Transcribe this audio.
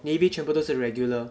navy 全部都是 regular